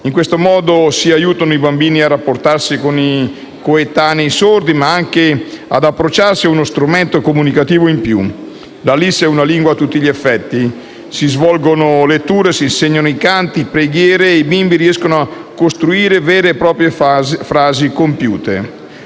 In questo modo si aiutano i bambini a rapportarsi con i coetanei sordi, ad approcciarsi a uno strumento comunicativo in più. La LIS è una lingua a tutti gli effetti: si fanno letture, si insegnano i canti, le preghiere, e i bimbi riescono a costruire vere e proprie frasi compiute.